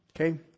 Okay